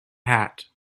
hat